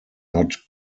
not